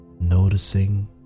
noticing